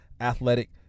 Athletic